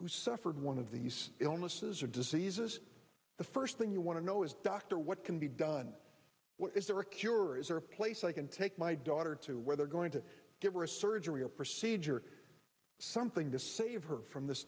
who suffered one of these illnesses or diseases the first thing you want to know is doctor what can be done is there a cure is there a place i can take my daughter to where they're going to get worse surgery or procedure something to save her from this